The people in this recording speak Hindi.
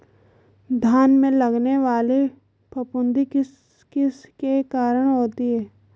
धान में लगने वाली फफूंदी किस किस के कारण होती है?